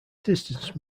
distance